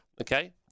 okay